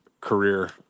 career